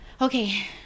Okay